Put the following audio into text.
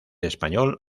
español